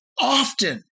often